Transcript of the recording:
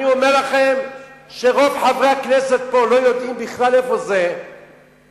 אני אומר לכם שרוב חברי הכנסת פה לא יודעים בכלל איפה זה רכס-שועפאט,